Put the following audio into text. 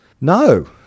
No